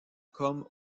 comme